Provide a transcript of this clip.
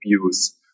abuse